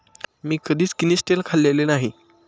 मी कधीच किनिस्टेल खाल्लेले नाही